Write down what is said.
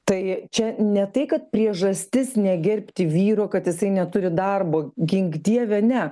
tai čia ne tai kad priežastis negerbti vyro kad jisai neturi darbo gink dieve ne